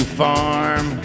farm